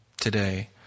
today